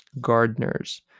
gardeners